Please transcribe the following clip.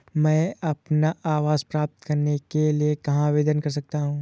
मैं अपना आवास प्राप्त करने के लिए कहाँ आवेदन कर सकता हूँ?